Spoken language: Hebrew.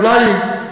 אולי,